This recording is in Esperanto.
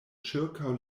ĉirkaŭ